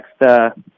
next